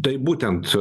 tai būtent